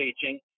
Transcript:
teaching